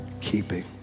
keeping